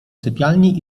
sypialni